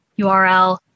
URL